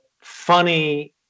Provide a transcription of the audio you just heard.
funny